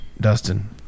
Dustin